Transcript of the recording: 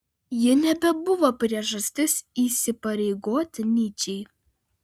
ji nebebuvo priežastis įsipareigoti nyčei